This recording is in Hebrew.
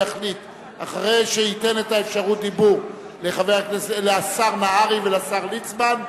אחרי שייתן את אפשרות הדיבור לשר נהרי ולשר ליצמן,